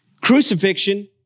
Crucifixion